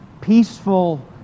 peaceful